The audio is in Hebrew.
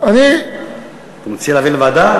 אתה מציע להעביר לוועדה?